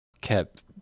kept